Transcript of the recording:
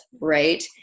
Right